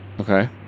Okay